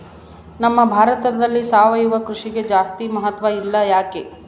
ನಮ್ಮ ಭಾರತದಲ್ಲಿ ಸಾವಯವ ಕೃಷಿಗೆ ಜಾಸ್ತಿ ಮಹತ್ವ ಇಲ್ಲ ಯಾಕೆ?